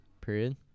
period